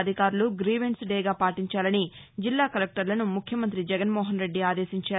అధికారులు grievance day గా పాటించాలని జిల్లా కలెక్టర్లను ముఖ్యమంత్రి జగన్మోహన్రెడ్డి ఆదేశించారు